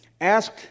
asked